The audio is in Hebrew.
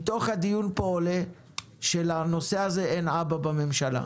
מתוך הדיון פה עולה שלנושא הזה אין אבא בממשלה.